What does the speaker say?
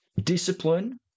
Discipline